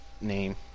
name